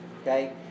okay